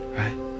right